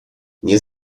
nie